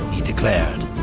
he declared.